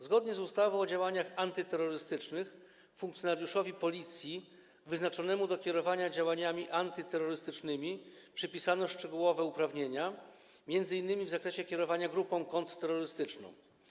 Zgodnie z ustawą o działaniach antyterrorystycznych funkcjonariuszowi Policji wyznaczonemu do kierowania działaniami antyterrorystycznymi przypisano szczegółowe uprawnienia, m.in. w zakresie kierowania grupą kontrterrorystyczną.